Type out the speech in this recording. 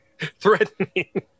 threatening